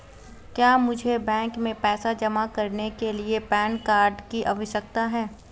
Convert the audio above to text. क्या मुझे बैंक में पैसा जमा करने के लिए पैन कार्ड की आवश्यकता है?